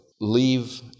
leave